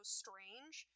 strange